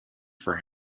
for